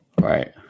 Right